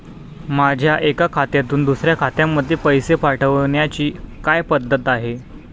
माझ्या एका खात्यातून दुसऱ्या खात्यामध्ये पैसे पाठवण्याची काय पद्धत आहे?